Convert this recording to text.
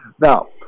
Now